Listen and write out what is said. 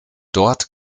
dort